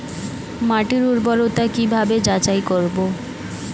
মাটির উর্বরতা কি ভাবে যাচাই করব?